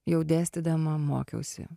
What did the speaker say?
jau dėstydama mokiausi